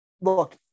Look